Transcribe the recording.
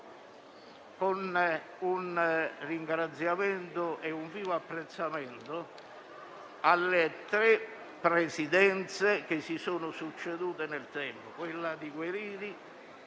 un ringraziamento e un vivo apprezzamento alle tre Presidenze che si sono succedute nel tempo (quella di Guerini,